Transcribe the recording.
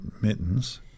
Mittens